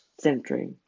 century